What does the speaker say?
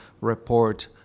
report